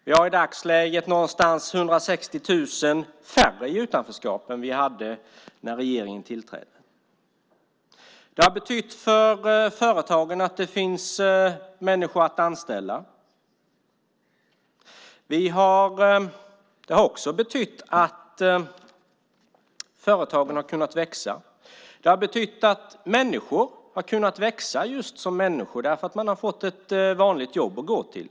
Vi har i dagsläget någonstans runt 160 000 färre i utanförskap än vi hade när regeringen tillträdde. Det har för företagen betytt att det finns människor att anställa. Det har också betytt att företagen har kunnat växa. Det har betytt att människor har kunnat växa just som människor, därför att de har fått ett vanligt jobb att gå till.